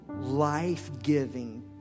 life-giving